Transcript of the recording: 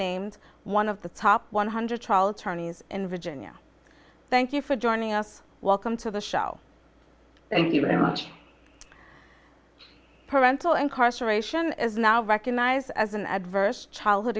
named one of the top one hundred trial attorneys in virginia thank you for joining us welcome to the show thank you very much parental incarceration is now recognized as an adverse childhood